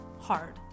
hard